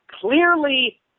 clearly